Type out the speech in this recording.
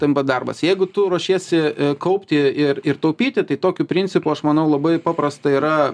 tampa darbas jeigu tu ruošiesi kaupti ir ir taupyti tai tokiu principu aš manau labai paprasta yra